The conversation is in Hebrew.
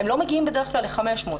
הם לא מגיעים בדרך כלל ל-500.